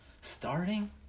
Starting